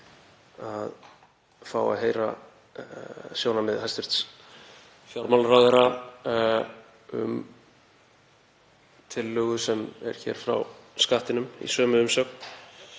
að fá að heyra sjónarmið hæstv. fjármálaráðherra um tillögu sem er hér frá Skattinum í sömu umsögn.